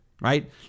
right